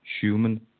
human